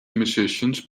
musicians